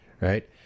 right